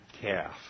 calf